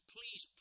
Please